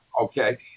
okay